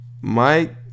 Mike